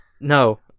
No